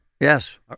Yes